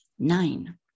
Nine